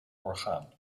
orgaan